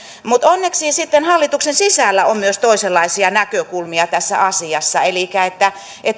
mutta onneksi hallituksen sisällä on myös toisenlaisia näkökulmia tässä asiassa elikkä elikkä